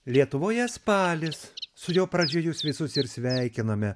lietuvoje spalis su jo pradžia jus visus ir sveikiname